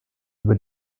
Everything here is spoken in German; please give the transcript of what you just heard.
über